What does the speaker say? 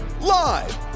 live